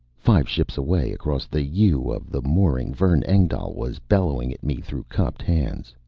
five ships away, across the u of the mooring, vern engdahl was bellowing at me through cupped hands.